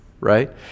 right